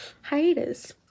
hiatus